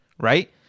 Right